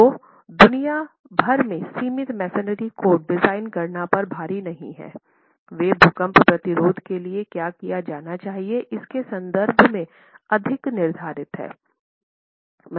तो दुनिया भर में सीमित मैसनरी कोड डिजाइन गणना पर भारी नहीं हैं वे भूकंप प्रतिरोध के लिए क्या किया जाना चाहिए इसके संदर्भ में अधिक निर्धारित हैं